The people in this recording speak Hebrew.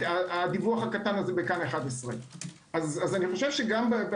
הדיווח הקטן הזה בכאן 11. אז גם בנושא